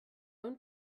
own